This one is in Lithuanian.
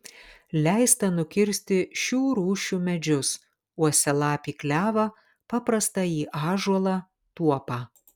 leista nukirsti šių rūšių medžius uosialapį klevą paprastąjį ąžuolą tuopą